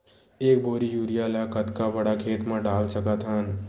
एक बोरी यूरिया ल कतका बड़ा खेत म डाल सकत हन?